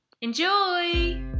Enjoy